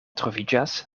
troviĝas